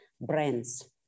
brands